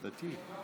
דתי.